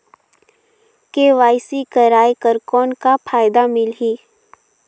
KYC कराय कर कौन का फायदा मिलही?